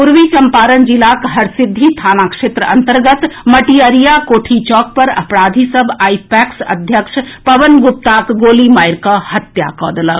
पूर्वी चम्पारण जिलाक हरसिद्धि थाना क्षेत्र अन्तर्गत मटिअरिया कोठी चौक पर अपराधी सभ आई पैक्स अध्यक्ष पवन गुप्ताक गोली मारिकऽ हत्या कऽ देलक